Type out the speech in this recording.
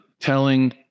telling